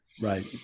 Right